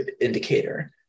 indicator